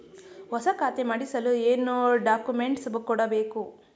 ಹೊಸ ಖಾತೆ ಮಾಡಿಸಲು ಏನು ಡಾಕುಮೆಂಟ್ಸ್ ಕೊಡಬೇಕು?